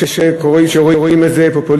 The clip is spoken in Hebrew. יש שרואים את זה כפופוליזם,